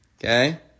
Okay